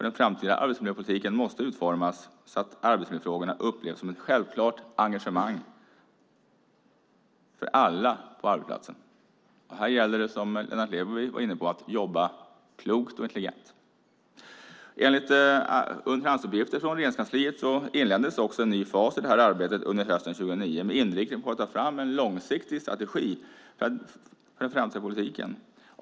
Den framtida arbetsmiljöpolitiken måste utformas så att arbetsmiljöfrågorna upplevs som ett självklart engagemang för alla på arbetsplatsen. Här gäller det, som Lennart Levi var inne på, att jobba klokt och intelligent. Enligt underhandsuppgifter från Regeringskansliet inleddes också en ny fas i det här arbetet under hösten 2009, med inriktning på att ta fram en långsiktig strategi för den framtida politiken.